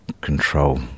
control